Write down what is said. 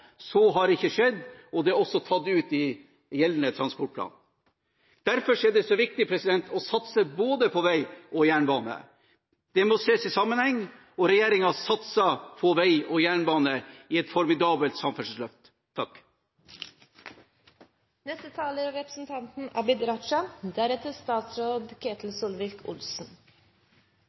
Så har ikke skjedd, og det er også tatt ut av gjeldende transportplan. Derfor er det så viktig å satse på både vei og jernbane – det må ses i sammenheng – og regjeringen satser på vei og jernbane i et formidabelt samferdselsløft.